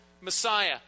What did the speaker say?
Messiah